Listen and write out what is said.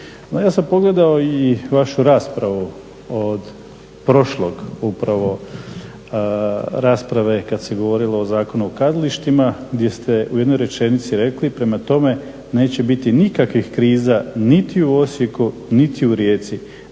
ja sam pogledao i vašu raspravu od prošlog upravo rasprave kad se govorio o Zakonu o kazalištima gdje ste u jednoj rečenici rekli, prema tome neće biti nikakvih kriza niti u Osijeku, niti u Rijeci,